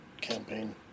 campaign